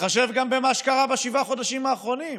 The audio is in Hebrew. תתחשב גם במה שקרה בשבעת החודשים האחרונים.